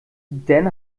den